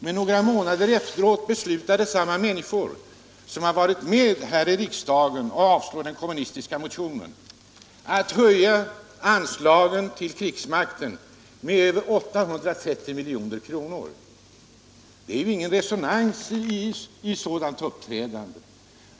Men några månader senare beslutade samma människor här i riksdagen, som var med om att avslå den kommunistiska motionen, om en höjning av anslaget till krigsmakten med över 830 milj.kr. Det finns ju ingen konsekvens i ett sådant uppträdande.